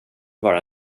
vara